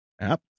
app